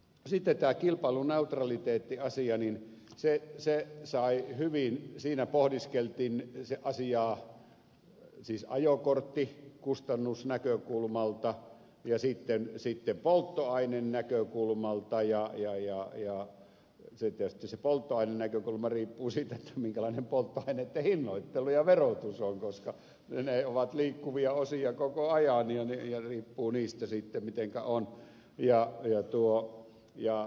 siteitä kilpailuneutraliteettia asia niin se se sitten tässä kilpailuneutraliteettiasiassa pohdiskeltiin asiaa ajokorttikustannusnäkökulmalta ja polttoainenäkökulmalta ja se polttoainenäkökulma tietysti riippuu siitä minkälainen polttoaineitten hinnoittelu ja verotus on koska ne ovat liikkuvia osia koko ajan ja riippuu niistä sitten mitenkä asiat ovat